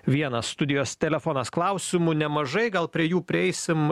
vienas studijos telefonas klausimų nemažai gal prie jų prieisim